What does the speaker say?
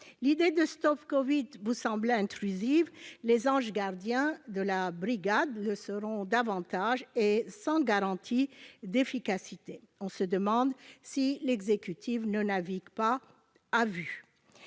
L'application StopCovid semblait intrusive, les « anges gardiens » des brigades le seront davantage et sans garantie d'efficacité. On se demande si l'exécutif ne navigue pas à vue.